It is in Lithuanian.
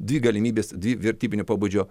dvi galimybės dvi vertybinio pobūdžio